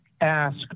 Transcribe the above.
ask